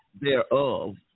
thereof